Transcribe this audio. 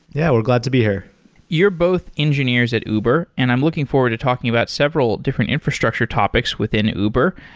yeah, we're glad to be here you're both engineers at uber, and i'm looking forward to talking about several different infrastructure topics within uber.